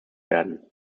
werden